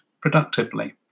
productively